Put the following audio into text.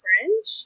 French